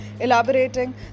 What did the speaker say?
Elaborating